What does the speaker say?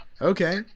Okay